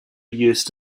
used